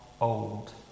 old